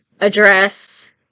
address